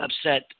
upset